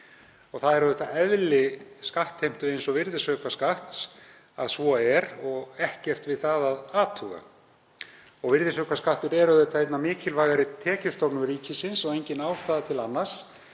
Það er auðvitað eðli skattheimtu eins og virðisaukaskatts að svo sé og ekkert við það að athuga. Virðisaukaskattur er einn af mikilvægari tekjustofnum ríkisins og engin ástæða til annars